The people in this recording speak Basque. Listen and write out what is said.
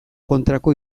kontrako